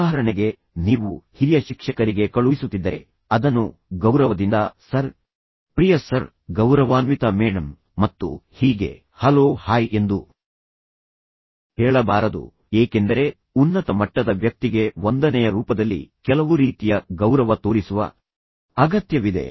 ಉದಾಹರಣೆಗೆ ನೀವು ಹಿರಿಯ ಶಿಕ್ಷಕರಿಗೆ ಕಳುಹಿಸುತ್ತಿದ್ದರೆ ಅದನ್ನು ಗೌರವದಿಂದ ಸರ್ ಪ್ರಿಯ ಸರ್ ಗೌರವಾನ್ವಿತ ಮೇಡಂ ಮತ್ತು ಹೀಗೆ ಹಲೋ ಹಾಯ್ ಎಂದು ಹೇಳಬಾರದು ಏಕೆಂದರೆ ಉನ್ನತ ಮಟ್ಟದ ವ್ಯಕ್ತಿಗೆ ವಂದನೆಯ ರೂಪದಲ್ಲಿ ಕೆಲವು ರೀತಿಯ ಗೌರವ ತೋರಿಸುವ ಅಗತ್ಯವಿದೆ